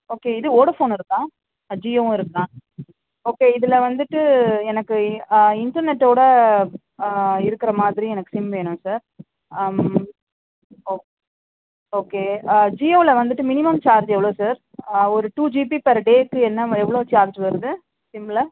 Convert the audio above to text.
okay இது Vodafone இருக்கா ஜியோவும் இருக்குதா ஓகே இதில் வந்துட்டு எனக்கு இ இன்டர்நெட்டோடு இருக்கிற மாதிரி எனக்கு சிம் வேணுங்க சார் ஓக் ஓகே ஜியோவில் வந்துட்டு மினிமம் சார்ஜ் எவ்வளோ சார் ஒரு டூ ஜிபி பர் டேக்கு என்ன எவ்வளோ சார்ஜ் வருது சிம்மில்